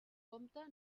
compte